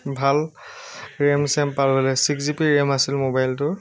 ভাল ৰেম চেম পালোহেঁতেন ছিক্স জি বি ৰেম আছিল মোবাইলটোৰ